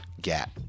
gap